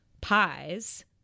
pies